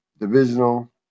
divisional